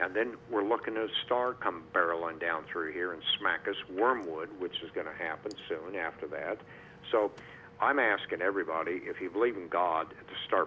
and then we're looking to star come barreling down through here and smack as wormwood which is going to happen soon after that so i'm asking everybody if you believe in god to start